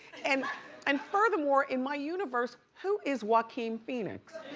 and and furthermore, in my universe, who is joaquin phoenix?